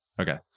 okay